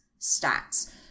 stats